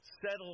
settle